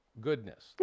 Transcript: Goodness